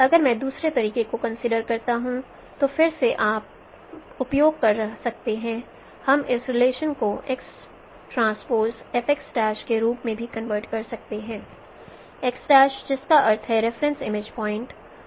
अगर मैं दूसरे तरीके को कंसीडर करता हूं तो फिर से आप उपयोग कर सकते हैं हम इस रिलेशन को xTFx' के रूप में भी कन्वर्ट कर सकते हैं x' जिसका अर्थ है रेफरेंस इमेज पॉइंट्